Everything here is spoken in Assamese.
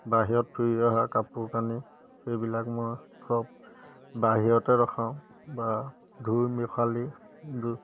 বাহিৰত ফুৰি অহা কাপোৰ কানি সেইবিলাক মই চব বাহিৰতে ৰখাওঁ বা ধুই পখালি